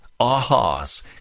ahas